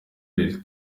lil